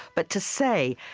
but to say,